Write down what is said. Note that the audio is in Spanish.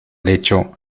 hecho